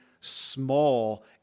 small